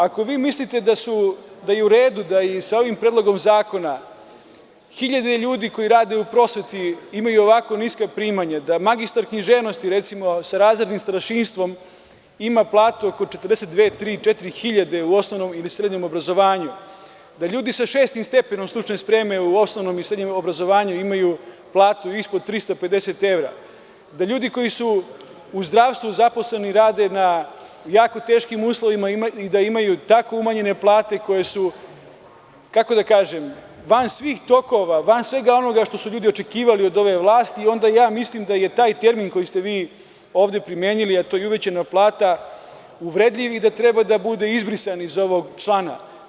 Ako vi mislite da je u redu sa ovim predlogom zakona da hiljade ljudi koji rade u prosveti imaju ovako niska primanja, da magistar književnosti, recimo, sa razrednim starešinstvom ima platu oko 42.000, 43.000, 44.000 u osnovnom ili srednjem obrazovanju, da ljudi sa šestim stepenom stručne spreme u osnovnom i srednjem obrazovanju imaju platu ispod 350 evra, da ljudi koji su u zdravstvu zaposleni rade u jako teškim uslovima i da imaju tako umanjene plate koje su, kako da kažem, van svih tokova, van svega onoga što su ljudi očekivali od ove vlasti, onda mislim da je taj termin koji ste vi ovde primenili uvredljiv i da treba da bude izbrisan iz ovog člana.